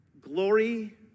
glory